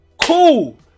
cool